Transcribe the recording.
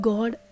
God